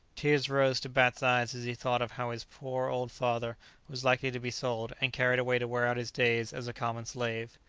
tears rose to bat's eyes as he thought of how his poor old father was likely to be sold, and carried away to wear out his days as a common slave.